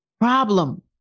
Problem